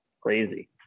crazy